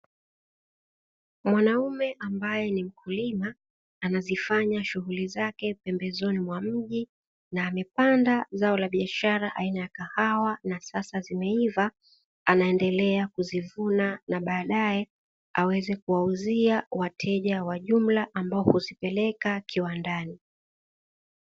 Mwanaume ambeye ni mkulima anazifanya shughuli zake pembeni wa mji na amepanda zao la biashara aina ya Kahawa na sasa zimeiva, anaendelea kuzivuna na baadae aweze kuuzia wateja wa jumla ambao huzipeleka kiwandani.